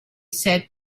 said